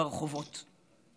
ברחובות.